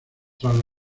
tras